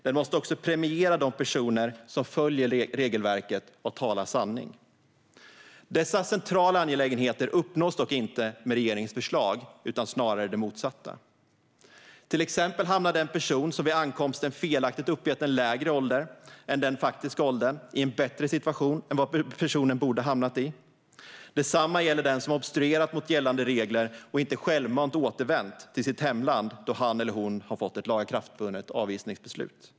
Den måste också premiera de personer som följer regelverket och talar sanning. Dessa centrala angelägenheter uppnås dock inte med regeringens förslag utan snarare det motsatta. Till exempel hamnar den person som vid ankomsten felaktigt uppgett en lägre ålder än den faktiska åldern i en bättre situation än vad personen borde hamna i. Detsamma gäller den som obstruerat mot gällande regler och inte självmant återvänt till sitt hemland då han eller hon fått ett lagakraftvunnet avvisningsbeslut.